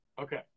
Okay